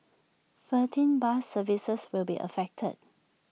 thirteen bus services will be affected